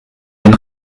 den